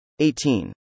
18